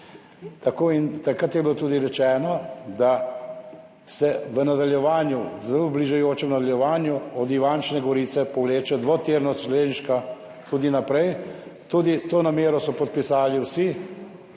In takrat je bilo tudi rečeno, da se v nadaljevanju, v zelo bližajočem nadaljevanju od Ivančne Gorice povleče železniška dvotirnost tudi naprej. To namero so podpisali tudi